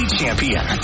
champion